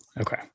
Okay